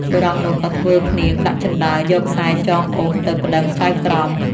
បុរសនោះ ក៏ធ្វើឃ្នាងដាក់ជណ្ដើរយកខ្សែចងអូសទៅប្ដឹងចៅក្រម ។